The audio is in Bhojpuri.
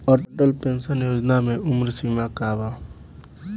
अटल पेंशन योजना मे उम्र सीमा का बा?